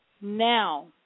Now